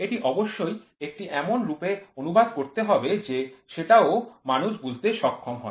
এটি অবশ্যই একটি এমন রুপে অনুবাদ করতে হবে যে সেটা ও মানুষ বুঝতে সক্ষম হয়